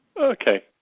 Okay